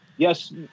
Yes